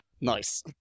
Nice